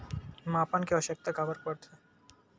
मापन के आवश्कता काबर होथे?